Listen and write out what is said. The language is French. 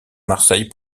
marseille